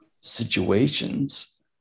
situations